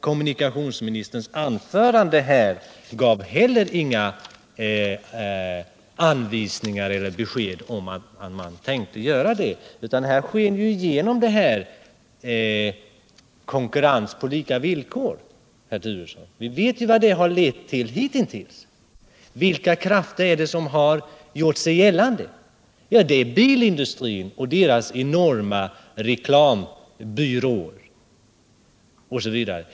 Kommunikationsministerns anförande gav heller inget besked om att man tänker göra det. Och när det gäller talet om konkurrens på lika villkor, herr Turesson, så vet vi ju vad det har lett till hitintills. Vilka krafter är det som gjort sig gällande? Jo, det är bilindustrin och dess enorma reklamapparat.